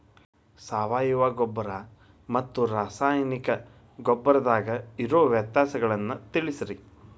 ಸಾವಯವ ಗೊಬ್ಬರ ಮತ್ತ ರಾಸಾಯನಿಕ ಗೊಬ್ಬರದಾಗ ಇರೋ ವ್ಯತ್ಯಾಸಗಳನ್ನ ತಿಳಸ್ರಿ